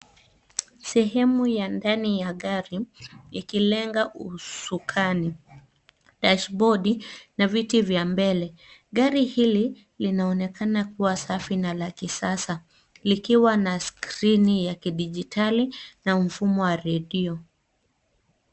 Sehemu ya ndani ya gari ikilenga usukani, dashbodi na viti vya mbele. Gari hili linaonekana kuwa safi na la kisasa likiwa na skrini ya kidijitali na mfumo wa redio.